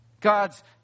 God's